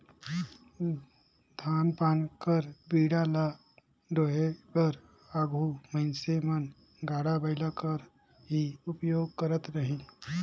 धान पान कर बीड़ा ल डोहे बर आघु मइनसे मन गाड़ा बइला कर ही उपियोग करत रहिन